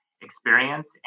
experience